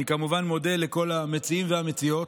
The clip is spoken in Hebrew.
אני, כמובן, מודה לכל המציעים והמציעות.